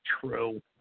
true